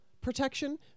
protection